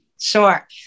Sure